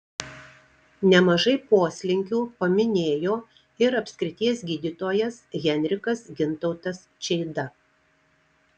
nemažai poslinkių paminėjo ir apskrities gydytojas henrikas gintautas čeida